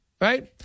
right